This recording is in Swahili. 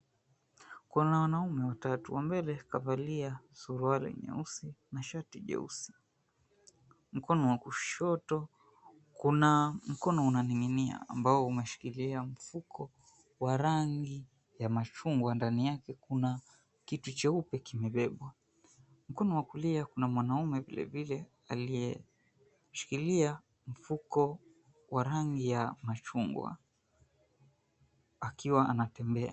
Kuna wanaume watatu wa mbele kavalia suruali nyeusi na shati jeusi mkono wa kushoto kuna mkono unao ning'inia ambao umeshikilia mfuko wa rangi ya machungwa ndani yake kuna kitu cheupe kimebebwa. Mkono wa kulia kuna mwanaume vilevile aliyeshikilia mfuko wa rangi ya machungwa akiwa anatembea.